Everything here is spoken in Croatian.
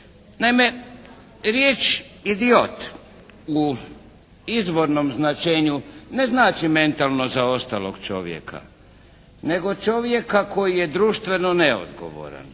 Naime, riječ idiot u izvornom značenju ne znači mentalno zaostalog čovjeka, nego čovjeka koji je društveno neodgovoran.